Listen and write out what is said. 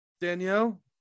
Danielle